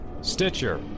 Stitcher